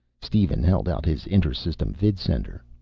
steven held out his inter-system vidsender.